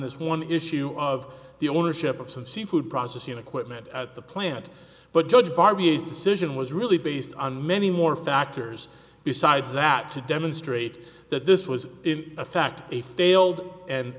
this one issue of the ownership of some seafood processing equipment at the plant but judge barbee is decision was really based on many more factors besides that to demonstrate that this was in fact a failed and